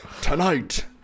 Tonight